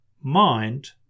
mind